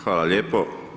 Hvala lijepo.